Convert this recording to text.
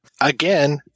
Again